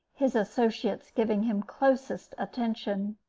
his associates giving him closest attention,